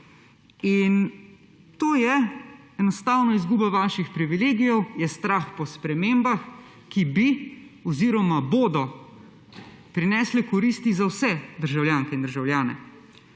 to je enostavno izguba vaših privilegijev, je strah po spremembah, ki bi oziroma bodo prinesle koristi za vse državljanke in državljane.